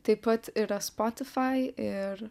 taip pat yra spotifai ir